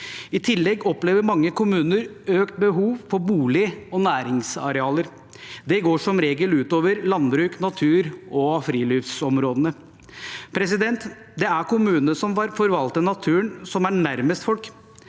I tillegg opplever mange kommuner økt behov for bolig- og næringsarealer, og det går som regel ut over landbruks-, natur- og friluftsområdene. Det er kommunene som forvalter naturen, som er nærmest folk,